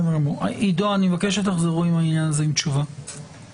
עידו, אני מבקש שתחזרו עם תשובות לעניין הזה.